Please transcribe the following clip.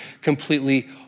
completely